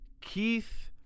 Keith